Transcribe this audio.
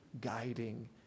guiding